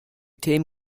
team